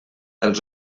els